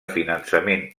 finançament